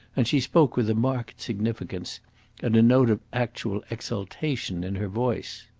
and she spoke with a marked significance and a note of actual exultation in her voice.